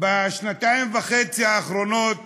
בשנתיים וחצי האחרונות